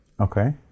Okay